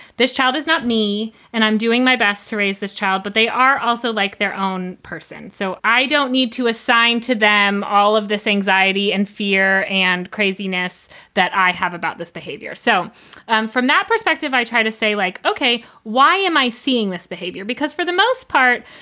this child is not me and i'm doing my best to raise this child. but they are also like their own person. so i don't need to assign to them all of this anxiety and fear and craziness that i have about this behavior. so um from that perspective, i try to say, like, like, ok, why am i seeing this behavior? because for the most part,